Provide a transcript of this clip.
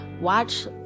watch